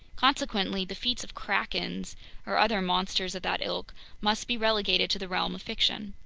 consequently, the feats of krakens or other monsters of that ilk must be relegated to the realm of fiction.